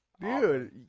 Dude